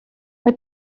mae